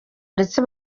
ndetse